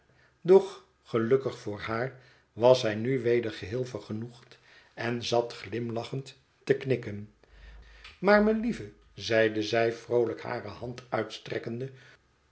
doch gelukkig voor haar was zij nu weder geheel vergenoegd en zat glimlachend te knikken maar melieve zeide zij vroolijk hare hand uitstrekkende